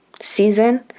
season